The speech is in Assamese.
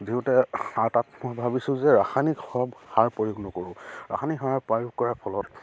দিওঁতে তাত মই ভাবিছোঁ যে ৰাসায়নিক সাৰ সাৰ প্ৰয়োগ নকৰোঁ ৰাসায়নিক সাৰ প্ৰয়োগ কৰাৰ ফলত